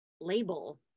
label